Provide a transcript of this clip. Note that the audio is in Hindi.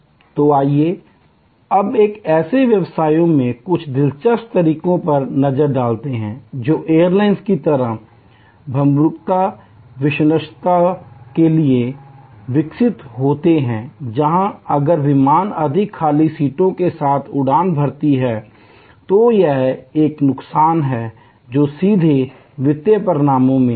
तो आइए हम ऐसे व्यवसायों में कुछ दिलचस्प तरीकों पर नज़र डालते हैं जो एयरलाइन की तरह भंगुरताविनाशशीलता पेरिशैबिलिटी के लिए विकसित होते हैं जहाँ अगर विमान अधिक खाली सीटों के साथ उड़ान भरती है तो यह एक नुकसान है जो सीधे वित्तीय परिणामों में जाता है